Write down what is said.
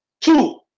Two